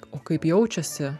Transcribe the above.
o kaip jaučiasi